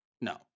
No